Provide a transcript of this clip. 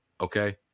okay